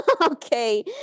Okay